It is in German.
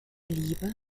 liebe